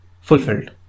fulfilled